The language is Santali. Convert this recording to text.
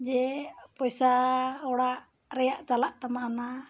ᱡᱮ ᱯᱚᱭᱥᱟ ᱚᱲᱟᱜ ᱨᱮᱭᱟᱜ ᱪᱟᱞᱟᱜ ᱛᱟᱢᱟ ᱚᱱᱟ